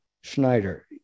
Schneider